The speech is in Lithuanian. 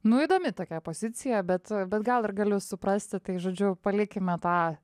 nu įdomi tokia pozicija bet bet gal ir galiu suprasti tai žodžiu palikime tą